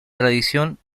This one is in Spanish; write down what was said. tradición